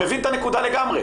אני מבין את הנקודה לגמרי.